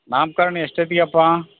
ನಾಮ್ಕರ್ಣ ಎಷ್ಟೊತ್ತಿಗೆ ಅಪ್ಪ